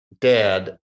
dad